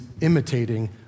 imitating